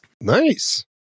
Nice